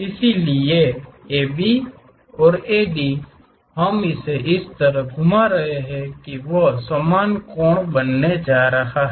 इसलिए AB और AD को हम इस तरह से घूमा रहे हैं कि वे समान कोण बनाने जा रहे हैं